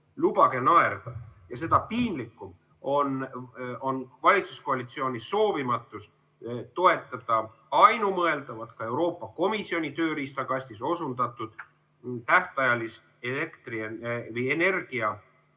Seda piinlikum on valitsuskoalitsiooni soovimatus toetada ainumõeldavat, ka Euroopa Komisjoni tööriistakastis osundatud tähtajalist energia käibemaksu langetamist